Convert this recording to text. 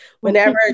whenever